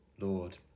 Lord